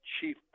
chief